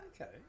Okay